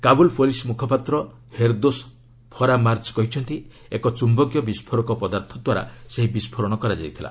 Kabul police ମୁଖପାତ୍ର ହେରଦୋଷ ଫରାମାର୍ଜ କହିଛନ୍ତି ଏକ ଚୁମ୍ଭକୀୟ ବିସ୍କୋରକ ପଦାର୍ଥ ଦ୍ୱାରା ସେହି ବିସ୍କୋରଣ କରାଯାଇଥିଲା